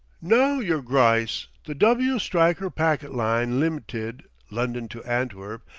no, yer gryce, the w. stryker packet line lim'ted, london to antwerp,